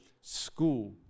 school